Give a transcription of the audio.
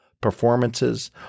performances